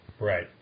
right